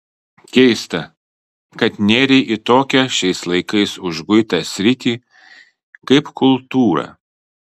keista kad nėrei į tokią šiais laikais užguitą sritį kaip kultūra